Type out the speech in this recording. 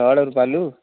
छड़ और बालू